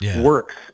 works